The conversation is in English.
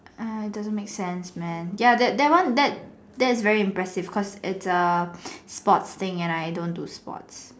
ah doesn't make sense man ya that one that that that's very impressive cause it's a sports thing and I don't do sports